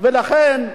לכן,